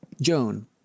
Joan